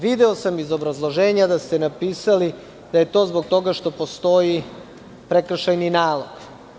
Video sam iz obrazloženja da ste napisali da je to zbog toga što postoji prekršajni nalog.